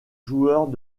joueurs